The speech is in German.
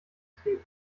treten